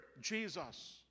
Jesus